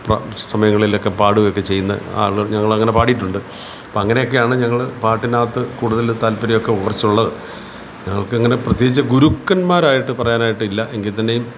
പ്ര സമയങ്ങളിലൊക്കെ പാടുകയൊക്കെ ചെയ്യുന്ന ആൾ ഞങ്ങളങ്ങനെ പാടീട്ടുണ്ട് അപ്പം അങ്ങനെയൊക്കെയാണ് ഞങ്ങൾ പാട്ടിനകത്ത് കൂടുതൽ താല്പര്യമൊക്കെ കുറച്ചുള്ളത് ഞങ്ങൾക്ക് അങ്ങനെ പ്രത്യേകിച്ച് ഗുരുക്കന്മാരായിട്ട് പറയാനായിട്ട് ഇല്ല എങ്കിൽ തന്നെയും